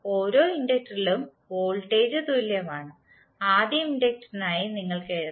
ഓരോ ഇൻഡക്ടറിലും വോൾട്ടേജ് തുല്യമാണ് ആദ്യം ഇൻഡക്റ്ററിനായി നിങ്ങൾക് എഴുതാം